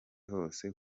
hose